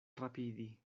rapidi